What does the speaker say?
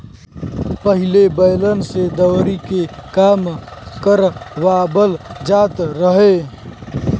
पहिले बैलन से दवरी के काम करवाबल जात रहे